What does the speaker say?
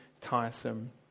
tiresome